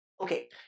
Okay